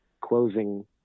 closing